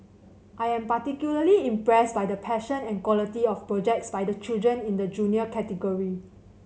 I am particularly impressed by the passion and quality of projects by the children in the Junior category